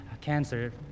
cancer